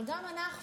אבל גם אנחנו,